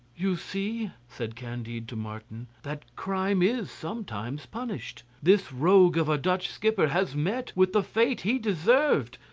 you see, said candide to martin, that crime is sometimes punished. this rogue of a dutch skipper has met with the fate he deserved.